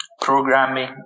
programming